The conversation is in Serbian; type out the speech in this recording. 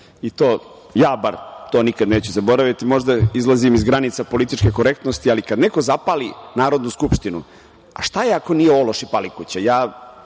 i to, ja bar to nikad neću zaboraviti. Možda izlazim iz granica političke korektnosti, ali kad neko zapali Narodnu skupštinu šta je ako nije ološ ili palikuća?